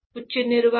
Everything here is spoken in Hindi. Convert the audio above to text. उच्च निर्वात